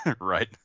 right